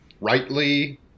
rightly